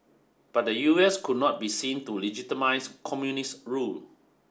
but the U S could not be seen to legitimize communist rule